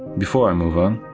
before i move on,